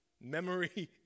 Memory